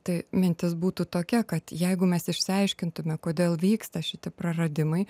tai mintis būtų tokia kad jeigu mes išsiaiškintume kodėl vyksta šitie praradimai